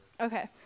Okay